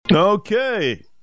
Okay